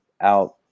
out